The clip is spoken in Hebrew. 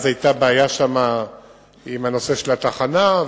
אז היתה בעיה שם בנושא של התחנה,